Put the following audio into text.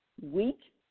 week